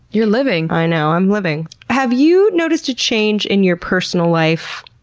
you're living! i know. i'm living. have you noticed a change in your personal life,